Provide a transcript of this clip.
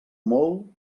molt